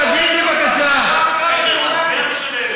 להגיד, סופרים, חבר הכנסת דב חנין,